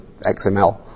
XML